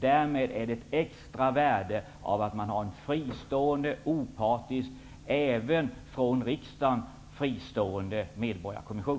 Därmed är det av extra värde att det finns en fristående opartisk -- även från riksdagen fristående -- medborgarkommission.